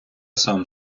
сам